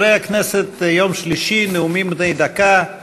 שלישי, נאומים בני דקה.